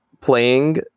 playing